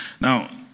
Now